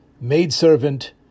maidservant